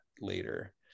later